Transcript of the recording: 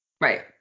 Right